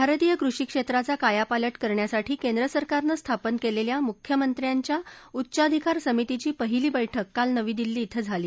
भारतीय कृषी क्षेत्राचा कायापालट करण्यासाठी केंद्र सरकारनं स्थापन केलेल्या मुख्यमंत्र्यांच्या उच्चाधिकार समितीची पाहिली बैठक काल नवी दिल्ली इथं झाली